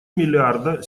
миллиарда